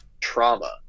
trauma